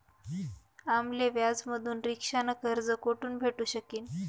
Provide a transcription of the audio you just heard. आम्ले व्याजथून रिक्षा न कर्ज कोठून भेटू शकीन